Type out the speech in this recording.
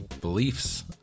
beliefs